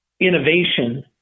innovation